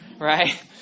Right